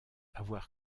avoir